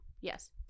Yes